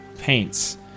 paints